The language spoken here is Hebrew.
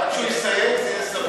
עד שהוא יסיים זה יהיה סביון.